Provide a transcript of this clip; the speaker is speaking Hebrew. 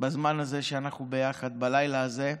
בזמן הזה שאנחנו ביחד בלילה הזה,